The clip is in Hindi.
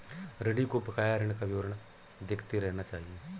ऋणी को बकाया ऋण का विवरण देखते रहना चहिये